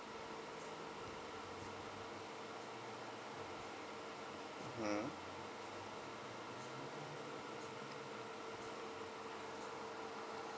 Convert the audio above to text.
hmm